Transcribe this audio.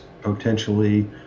Potentially